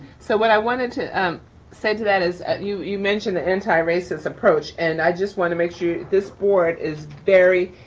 so what i wanted to um say to that is you you mentioned the anti-racist approach and i just wanna make sure this board is very